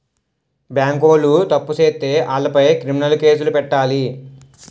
బేంకోలు తప్పు సేత్తే ఆలపై క్రిమినలు కేసులు పెట్టాలి